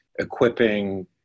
equipping